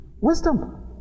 Wisdom